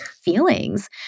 feelings